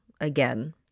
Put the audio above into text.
again